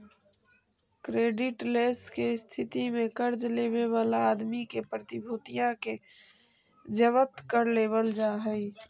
creditless के स्थिति में कर्ज लेवे वाला आदमी के प्रतिभूतिया के जब्त कर लेवल जा हई